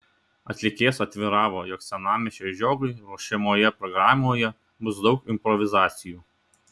atlikėjas atviravo jog senamiesčio žiogui ruošiamoje programoje bus daug improvizacijų